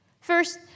First